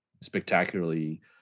spectacularly